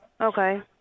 Okay